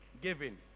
Giving